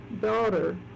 daughter